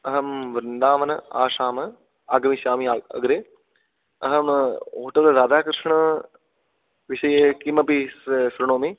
अहं वृन्दावन आश्रमम् आगमिष्यामि अ अग्रे अहं होटल् राधाकृष्णविषये किमपि शृणोमि